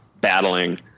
battling